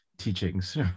teachings